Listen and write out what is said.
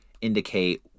indicate